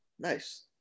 Nice